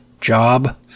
job